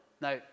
Now